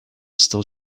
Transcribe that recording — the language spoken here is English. still